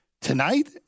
tonight